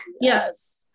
Yes